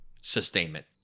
sustainment